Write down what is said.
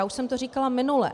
Už jsem to říkala minule.